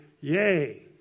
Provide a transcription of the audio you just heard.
yay